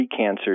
precancers